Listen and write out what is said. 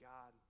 God